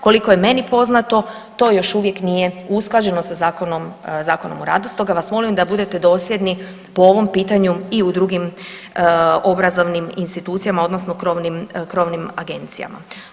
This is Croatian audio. Koliko je meni poznato, to još uvijek nije usklađeno sa Zakonom o radu, stoga vas molim da budete dosljedni po ovom pitanju i u drugim obrazovnim institucijama odnosno krovnim agencijama.